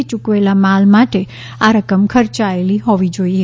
યૂકવેલા માલ માટે આ રકમ ખર્ચેલી હોવી જોઈશે